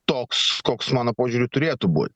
toks koks mano požiūriu turėtų būt